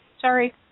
Sorry